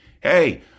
Hey